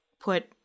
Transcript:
put